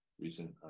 recent